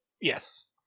Yes